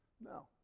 No